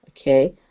okay